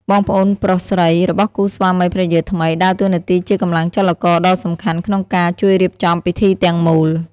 បងប្អូនប្រុសស្រី របស់គូស្វាមីភរិយាថ្មី ដើរតួនាទីជាកម្លាំងចលករដ៏សំខាន់ក្នុងការ ជួយរៀបចំពិធីទាំងមូល ។